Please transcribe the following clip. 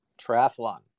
Triathlon